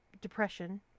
depression